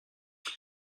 but